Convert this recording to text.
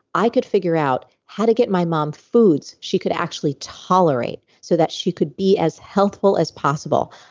i could figure out how to get my mom foods she could actually tolerate so that she could be as healthful as possible.